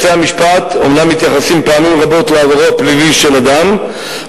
בתי-המשפט אומנם מתייחסים פעמים רבות לעברו הפלילי של אדם,